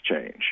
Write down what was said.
change